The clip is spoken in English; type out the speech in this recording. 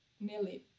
nearly